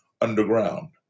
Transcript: underground